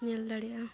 ᱧᱮᱞ ᱫᱟᱲᱮᱭᱟᱜᱼᱟ